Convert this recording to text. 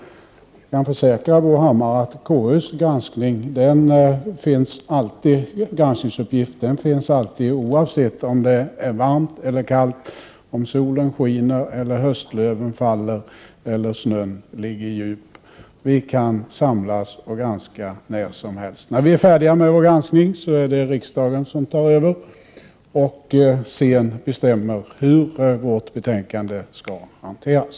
Jag kan försäkra Bo Hammar att konstitutionsutskottets granskning alltid kan ske, oavsett om det är varmt eller kallt, om solen skiner, höstlöven faller eller snön ligger djup. Vi kan samlas för att genomföra denna granskning när som helst. När vi är färdiga med vår granskning är det riksdagen som tar över, och beslutar om hur vårt betänkande skall hanteras.